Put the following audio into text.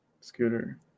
Scooter